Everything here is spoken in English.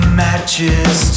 matches